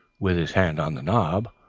with his hand on the knob,